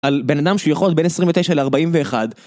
על בן אדם שיכול להיות בין 29 ל-41